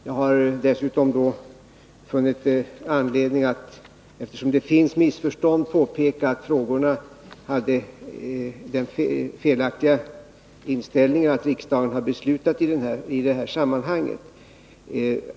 Jag har dessutom, eftersom det finns missförstånd, funnit anledning påpeka att en av frågorna innehöll den felaktiga uppgiften att riksdagen hade fattat beslut i detta sammanhang.